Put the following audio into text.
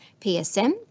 PSM